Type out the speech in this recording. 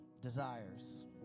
desires